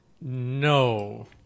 No